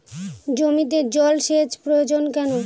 জমিতে জল সেচ প্রয়োজন কেন?